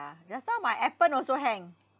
just now my Appen also hang